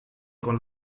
con